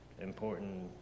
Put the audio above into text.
important